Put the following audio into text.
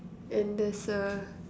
and there's a